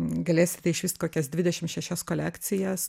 galėsite išvyst kokias dvidešim šešias kolekcijas